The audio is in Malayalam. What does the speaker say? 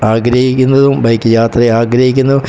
ആഗ്രഹിക്കുന്നതും ബൈക്ക് യാത്ര ആഗ്രഹിക്കുന്നു